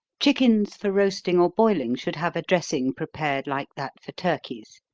chickens for roasting or boiling should have a dressing prepared like that for turkies.